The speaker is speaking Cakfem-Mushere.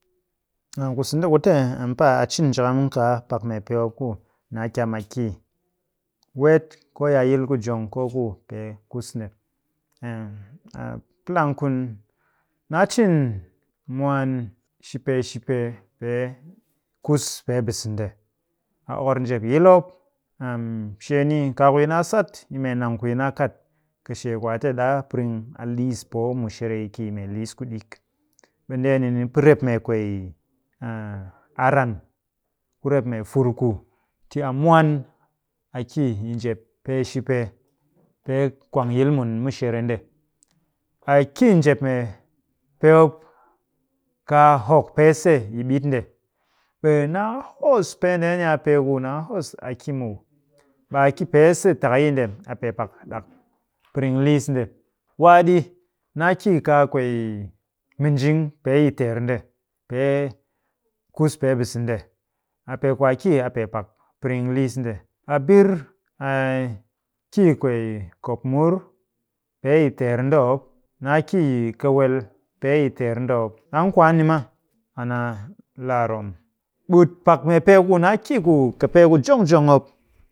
Nang ku sende ku te an pa a cin njakam kaa pak mee pee mop ku naa kyam a ki. Weet koo yi a yil ku jong koo ku pee kus nde. a plang kun. Naa cin mwaan shipee shipee pee kus pee bise nde. A okor njep yil mop. shee ni, kaaku yi naa sat yi mee nang ku yi naa kat kɨshee ku ate ɗaa piring a liis poo mushere ki yi mee liis kuɗik, ɓe ndeeni ni pɨ ret mee kwee ar an ku rep mee fur ku ti a mwaan a ki yi njep pee shipee pee kwang yil mun mushere nde. A ki njep mee pee mop kaa hokk pee se yi ɓit nde. Ɓe naa hos, pee ndeeni a pee ku naa hos a ki muw. A ki pee se takayi nde a pee pak ɗak piring liis nde. Waa ɗi, naa ki kaa kwee minjing pee yi teer nde. Pee kus pee bise nde. A pee ku a ki a pee pak piring liis nde. A bir a ki kwee kopmur pee yi teer nde mop. Naa ki yi kawel pee yi teer nde mop. Ɗang kwaan ni ma, an a laa rom. Ɓut pak mee pee ku naa ki ku, kɨpee ku jong jong mop